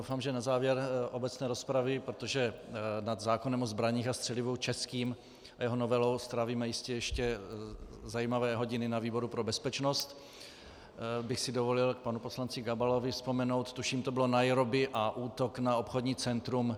Doufám, že na závěr obecné rozpravy protože nad českým zákonem o zbraních a střelivu, jeho novelou, strávíme jistě ještě zajímavé hodiny na výboru pro bezpečnost bych si dovolil k panu poslanci Gabalovi vzpomenout, tuším to bylo Nairobi a útok na obchodní centrum.